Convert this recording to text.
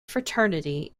fraternity